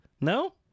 No